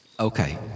Okay